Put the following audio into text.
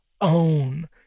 own